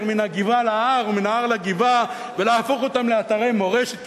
מן הגבעה להר ומן ההר לגבעה ולהפוך אותם לאתרי מורשת,